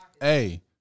Hey